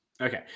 Okay